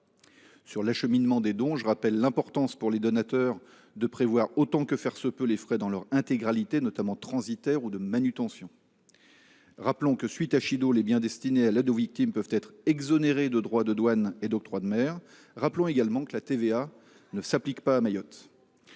Sur l’acheminement des dons, je rappelle l’importance, pour les donateurs, de prévoir, autant que faire se peut, les frais dans leur intégralité, notamment transitaires ou de manutention. Je rappelle que, à la suite de Chido, les biens destinés à l’aide aux victimes peuvent être exonérés de droits de douane et d’octroi de mer. Je rappelle également que la TVA ne s’applique pas à Mayotte.